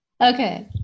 Okay